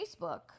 facebook